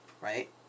right